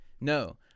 No